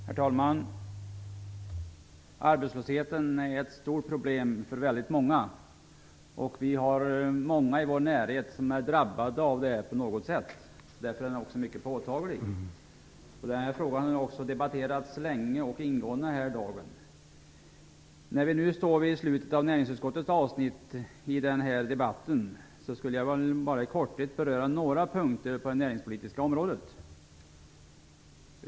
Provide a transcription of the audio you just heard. Herr talman! Arbetslösheten är ett stort problem för väldigt många. Vi har många i vår närhet som är drabbade av den på något sätt. Därför är den också mycket påtaglig. Frågan har också debatterats länge och ingående i dag. När vi nu står vid slutet av näringsutskottets avsnitt i den här debatten vill jag bara i korthet beröra några punkter på det näringspolitiska området.